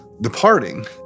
departing